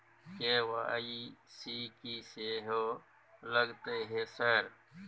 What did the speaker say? KYC की सेहो लगतै है सर?